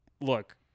look